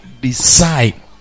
decide